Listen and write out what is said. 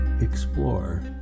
explore